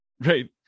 Right